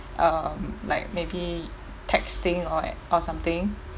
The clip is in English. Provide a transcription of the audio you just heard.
um like maybe texting or like or something